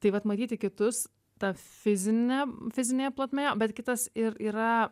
tai vat matyti kitus ta fizine fizinėje plotmėje bet kitas ir yra